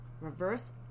reverse